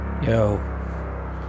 Yo